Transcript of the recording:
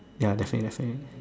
ya definitely definitely